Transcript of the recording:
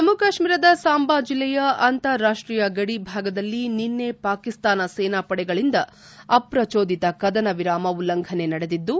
ಜಮ್ನು ಕಾಶ್ಮೀರದ ಸಾಂಬಾ ಜಿಲ್ಲೆಯ ಅಂತಾರಾಷ್ಷೀಯ ಗಡಿ ಭಾಗದಲ್ಲಿ ನಿನ್ನೆ ಪಾಕಿಸ್ತಾನ ಸೇನಾಪಡೆಗಳಿಂದ ಅಪ್ರಚೋದಿತ ಕದನ ವಿರಾಮ ಉಲ್ಲಂಘನೆ ನಡೆದಿದ್ದು